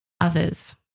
others